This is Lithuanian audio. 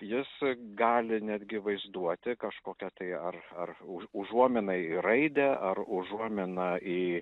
jis gali netgi vaizduoti kažkokią tai ar ar už užuominą į raidę ar užuominą į